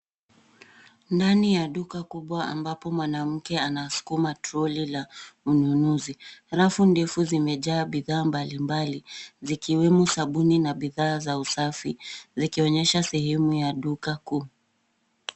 Ndani ya duka kubwa ambapo mwanamke anasukuma toroli la ununuzi, rafu ndefu zimejaa bidhaa mbalimbali, zikiwemo sabuni na bidhaa za usafi, zikionyesha sehemu ya duka kuu.